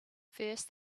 first